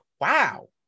wow